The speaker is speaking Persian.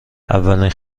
اولین